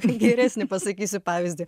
geresnį pasakysiu pavyzdį